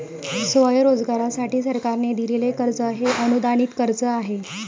स्वयंरोजगारासाठी सरकारने दिलेले कर्ज हे अनुदानित कर्ज आहे